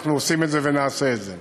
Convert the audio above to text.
אנחנו עושים את זה ונעשה את זה,